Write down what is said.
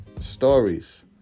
stories